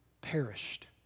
perished